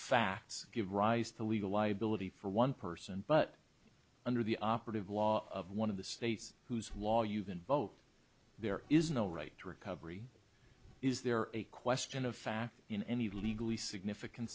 facts give rise to legal liability for one person but under the operative law of one of the states whose law you can vote there is no right to recovery is there a question of fact in any legal significan